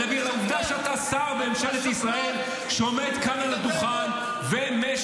אלא בגלל העובדה שאתה שר בממשלת ישראל שעומד כאן על הדוכן ומשקר.